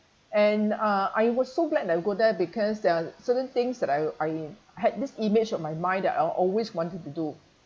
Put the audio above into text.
and uh I was so glad that I go there because there are certain things that I I had this image on my mind that I'll always wanted to do